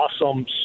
awesome